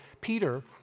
Peter